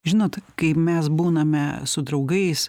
žinot kai mes būname su draugais